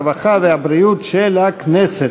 הרווחה והבריאות של הכנסת.